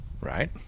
right